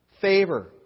favor